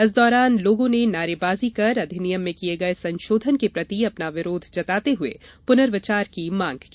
इस दौरान लोगों ने नारे बाजी कर अधिनियम में किये गये संशोधन के प्रति अपना विरोध जताते हुए पुर्नविचार की मांग की